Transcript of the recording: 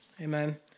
Amen